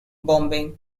bombing